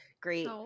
great